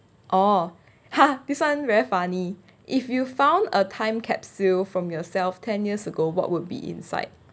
orh !huh! this [one] very funny if you found a time capsule from yourself ten years ago what would be inside